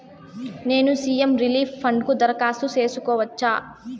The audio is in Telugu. నేను సి.ఎం రిలీఫ్ ఫండ్ కు దరఖాస్తు సేసుకోవచ్చా?